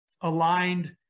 aligned